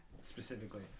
specifically